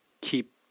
keep